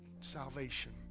salvation